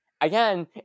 Again